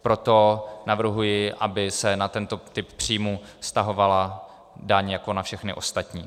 Proto navrhuji, aby se na tento typ příjmů vztahovala daň jako na všechny ostatní.